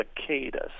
cicadas